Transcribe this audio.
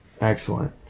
Excellent